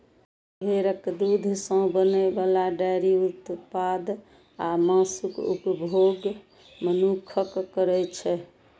भेड़क दूध सं बनै बला डेयरी उत्पाद आ मासुक उपभोग मनुक्ख करै छै